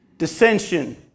Dissension